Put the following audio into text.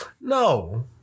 no